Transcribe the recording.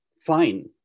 Fine